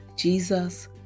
Jesus